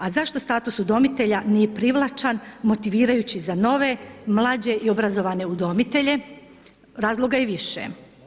A zašto status udomitelja nije privlačan, motivirajući za nove mlađe i obrazovanije udomitelje, razloga je više.